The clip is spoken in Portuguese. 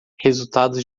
resultados